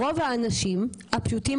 רוב האנשים הפשוטים,